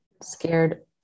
scared